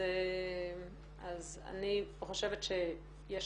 היא נמצאת שם והיא גם הוכנסה לכאן.